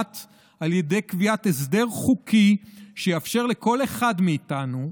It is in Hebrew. על ידי קביעת הסדר חוקי שיאפשר לכל אחד מאיתנו,